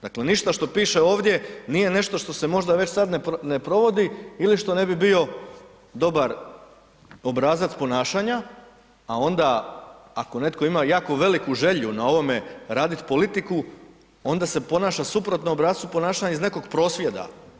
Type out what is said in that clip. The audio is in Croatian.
Dakle ništa što piše ovdje nije nešto što se možda već sad ne provodi ili što ne bi bio dobar obrazac ponašanja a onda ako netko ima jako veliku želju na ovome raditi politiku onda se ponaša suprotno obrascu ponašanja iz nekog prosvjeda.